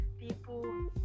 People